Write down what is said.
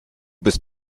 bist